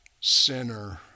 sinner